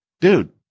dude